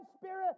spirit